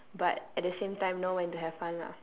but at the same time know when to have fun lah